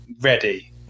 ready